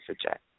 suggest